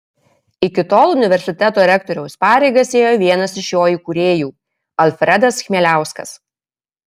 iki tol universiteto rektoriaus pareigas ėjo vienas iš jo įkūrėjų alfredas chmieliauskas